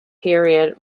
period